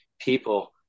people